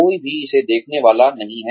कोई भी इसे देखने वाला नहीं है